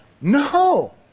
No